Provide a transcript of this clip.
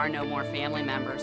are no more family member